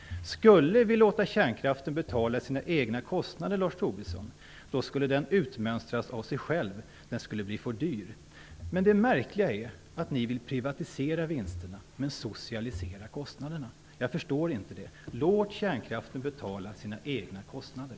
Skulle vi låta kärnkraften betala sina egna kostnader, Lars Tobisson, då skulle den utmönstras av sig själv. Den skulle bli för dyr. Men det märkliga är att ni vill privatisera vinsterna men socialisera kostnaderna. Jag försår inte det. Låt kärnkraften betala sina egna kostnader!